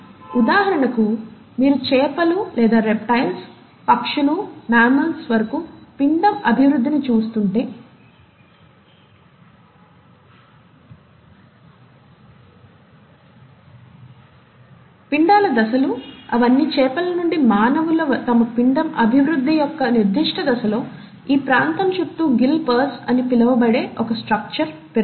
ఉదాహరణకు మీరు చేపలు లేదా రెప్టయిల్స్ పక్షులు మమ్మల్స్ వరకు పిండం అభివృద్ధిని చూస్తుంటే పిండాల దశలు అవన్నీ చేపల నుండి మానవులు తమ పిండం అభివృద్ధి యొక్క నిర్దిష్ట దశలో ఈ ప్రాంతం చుట్టూ గిల్ పర్సు అని పిలువబడే ఒక స్ట్రక్చర్ పెరుగుతుంది